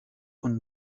und